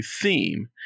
theme